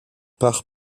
part